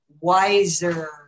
wiser